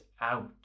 out